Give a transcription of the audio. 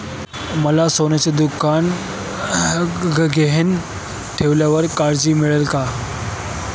मला सोन्याचे दागिने गहाण ठेवल्यावर कर्ज मिळेल का?